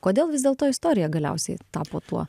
kodėl vis dėlto istorija galiausiai tapo tuo